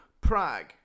Prague